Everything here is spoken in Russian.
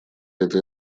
этой